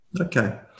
Okay